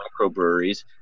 microbreweries